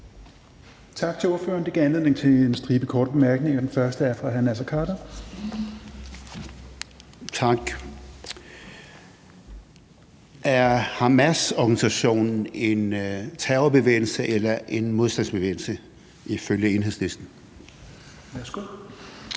Tak til ordføreren. Det gav anledning til en stribe korte bemærkninger, og den første er fra hr. Naser Khader. Kl. 16:23 Naser Khader (KF): Tak. Er Hamasorganisationen en terrorbevægelse eller en modstandsbevægelse ifølge Enhedslisten? Kl.